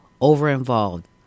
Over-involved